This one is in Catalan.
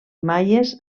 maies